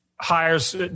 Hires